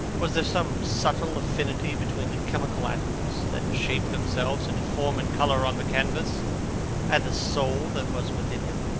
was there some subtle affinity between the chemical atoms that shaped themselves into form and colour on the canvas and the soul that was within him?